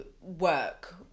work